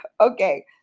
okay